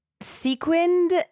sequined